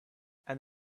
and